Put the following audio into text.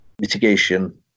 mitigation